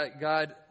God